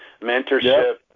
mentorship